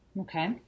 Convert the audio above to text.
Okay